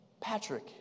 Patrick